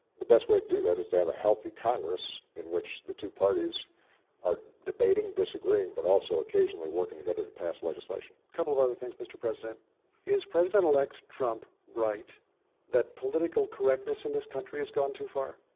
the best way to do that is to have a healthy congress in which the two parties are debating, disagreeing but also occasionally working together to pass legislation. couple of other things mr. president is president-elect trump right that political correctness in this country has gone too far?